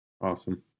Awesome